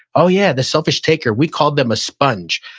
oh yeah, the selfish taker. we called them a sponge.